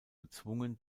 gezwungen